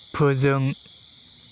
फोजों